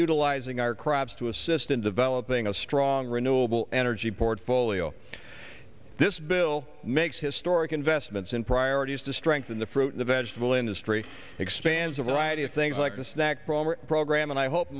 utilizing our crops to assist in developing a strong renewable energy portfolio this bill makes historic investments in priorities to strengthen the fruit and vegetable industry expands a variety of things like the snack brawler program and i hope